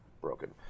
broken